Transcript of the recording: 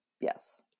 Yes